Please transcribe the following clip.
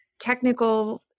technical